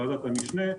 ועדת המשנה,